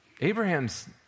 Abraham's